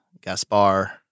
Gaspar